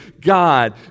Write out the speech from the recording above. God